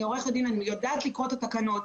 אני עורכת דין, אני יודעת לקרוא את התקנות.